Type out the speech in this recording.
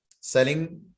selling